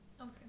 Okay